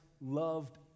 loved